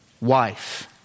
wife